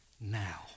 now